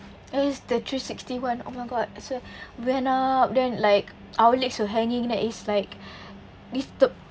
it's the three sixty [one] oh my god so went up then like our legs were hanging then it's like lifted